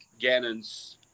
Gannon's